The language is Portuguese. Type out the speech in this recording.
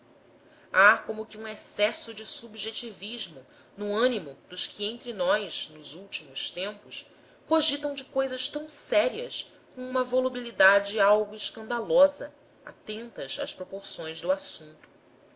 há como que um excesso de subjetivismo no ânimo dos que entre nós nos últimos tempos cogitam de cousas tão sérias com uma volubilidade algo escandalosa atentas às proporções do assunto